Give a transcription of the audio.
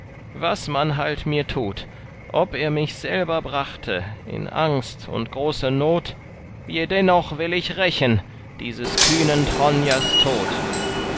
was man halt mir tut ob er mich selber brachte in angst und große not jedennoch will ich rächen dieses kühnen tronjers tod